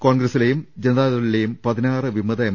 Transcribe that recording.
കോൺഗ്രസിലെയും ജനതാദളിലെയും പതിനാറ് വിമത എം